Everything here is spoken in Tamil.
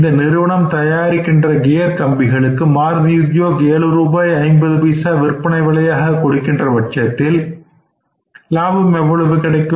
இந்த நிறுவனம் தயாரிக்கின்ற கியர் கம்பிகளுக்கு மாருதி உத்யோக் 7 ரூபாய் 50 பைசா விற்பனை விலையாக கொடுக்கின்ற பட்சத்தில் எவ்வளவு லாபம் கிடைக்கும்